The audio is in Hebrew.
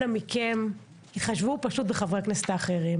אנא מכם תתחשבו בחברי הכנסת האחרים.